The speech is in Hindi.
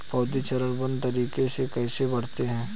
पौधे चरणबद्ध तरीके से कैसे बढ़ते हैं?